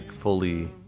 fully